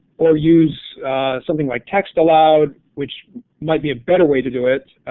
or use something like text aloud which might be better way to do it.